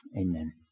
amen